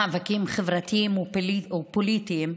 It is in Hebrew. מאבקים חברתיים ופוליטיים,